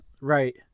Right